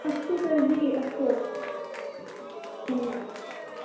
अस्तु तर्हि अस्तु अस्तु धन्यवादः